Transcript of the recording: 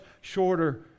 shorter